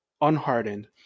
unhardened